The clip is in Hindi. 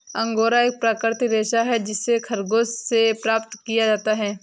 अंगोरा एक प्राकृतिक रेशा है जिसे खरगोश से प्राप्त किया जाता है